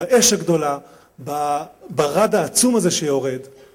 האש הגדולה בברד העצום הזה שיורד